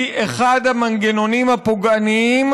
היא אחד המנגנונים הפוגעניים,